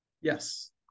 yes